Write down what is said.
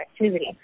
activity